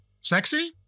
Sexy